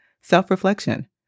self-reflection